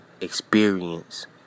experience